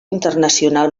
internacional